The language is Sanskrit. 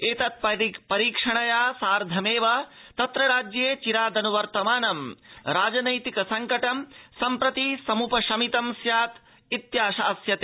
एतत्परीक्षणेन सहैव तत्र राज्ये चिराद्न्वर्तमानं राजनीतिक संकटं सम्प्रति समुपशमितं स्यादित्याशास्यते